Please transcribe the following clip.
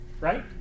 Right